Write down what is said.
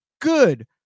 good